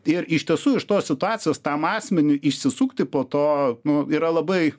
ir iš tiesų iš tos situacijos tam asmeniui išsisukti po to nu yra labai